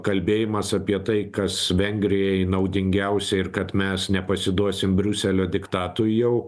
kalbėjimas apie tai kas vengrijai naudingiausia ir kad mes nepasiduosim briuselio diktatui jau